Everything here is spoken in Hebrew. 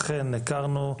אכן הכרנו,